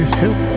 help